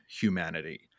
humanity